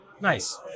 Nice